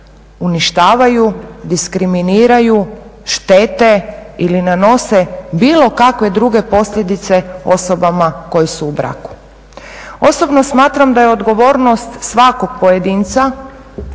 uništavaju, diskriminiraju, štete ili nanose bilo kakve druge posljedice osobama koji su u braku. Osobno smatram da je odgovornost svakog pojedinca